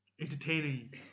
entertaining